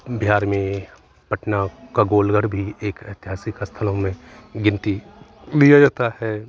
बिहार में पटना का गोलघर भी एक ऐतिहासिक स्थलों में गिनती लिया जाता है